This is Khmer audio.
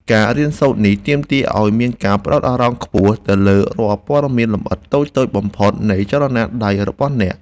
ការរៀនសូត្រនេះទាមទារឱ្យមានការផ្ដោតអារម្មណ៍ខ្ពស់ទៅលើរាល់ព័ត៌មានលម្អិតតូចៗបំផុតនៃចលនាដៃរបស់អ្នក។